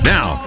Now